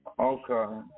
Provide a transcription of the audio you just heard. Okay